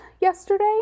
yesterday